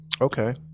Okay